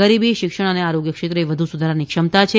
ગરીબી શિક્ષણ અને આરોગ્યક્ષેત્રે વધુ સુધારાની ક્ષમતા છે